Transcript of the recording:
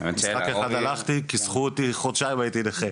משחק אחד הלכתי, כיסחו אותי, חודשיים הייתי נכה.